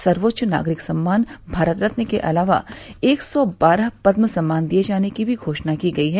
सर्वोच्च नागरिक सम्मान भारत रत्न के अलावा एक सौ बारह पद्म सम्मान दिये जाने की घोषणा भी की गयी है